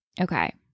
okay